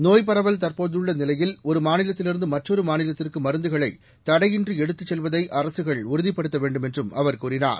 நோய்ப் பரவல் தற்போதுள்ள நிலையில் ஒரு மாநிலத்திலிருந்து மற்றொரு மாநிலத்திற்கு மருந்துகளை தடையின்றி எடுத்துச் செல்வதை அரசுகள் உறுதிப்படுத்த வேண்டும் என்றும் அவர் கூறினார்